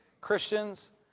Christians